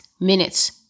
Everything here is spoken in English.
minutes